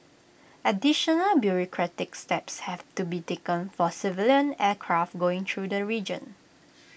additional bureaucratic steps have to be taken for civilian aircraft going through the region